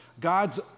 God's